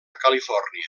califòrnia